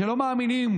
שלא מאמינים